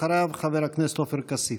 אחריו, חבר הכנסת עופר כסיף.